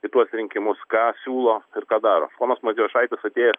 į tuos rinkimus ką siūlo ir ką daro ponas matijošaitis atėjęs